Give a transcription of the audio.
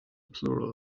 plural